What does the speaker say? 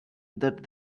that